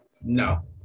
No